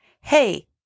Hey